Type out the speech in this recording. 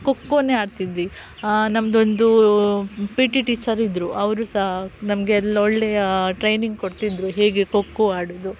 ಖೋಖೋನೆ ಆಡ್ತಿದ್ವಿ ನಮ್ಮದೊಂದು P T teacher ಇದ್ದರೂ ಅವರು ಸಹ ನಮಗೆಲ್ಲ ಒಳ್ಳೆಯ ಟ್ರೈನಿಂಗ್ ಕೊಡ್ತಿದ್ದರು ಹೇಗೆ ಖೋಖೋ ಆಡುವುದು